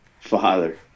father